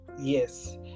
yes